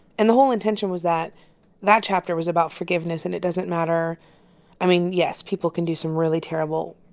and the whole intention was that that chapter was about forgiveness. and it doesn't matter i mean, yes. people can do some really terrible,